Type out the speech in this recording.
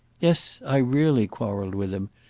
yes, i really quarrelled with him,